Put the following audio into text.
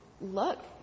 look